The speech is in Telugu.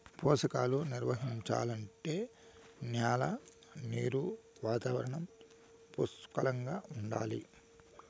పోషకాలు నిర్వహించాలంటే న్యాల నీరు వాతావరణం పుష్కలంగా ఉండాలి